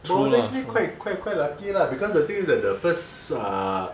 but honestly quite quite quite lucky lah because the thing is that the first ah